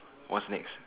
what's next